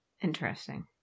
interesting